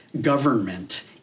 government